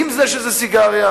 עם זה שזו סיגריה.